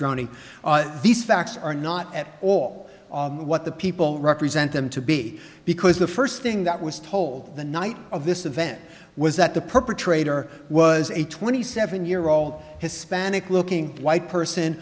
johnny these facts are not at all what the people represent them to be because the first thing that was told the night of this event was that the perpetrator was a twenty seven year old hispanic looking white person